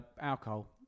alcohol